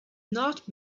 not